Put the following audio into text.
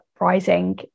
rising